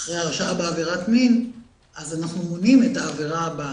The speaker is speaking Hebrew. אחרי שהואשם בעבירת מין אז אנחנו מונעים את העבירה הבאה,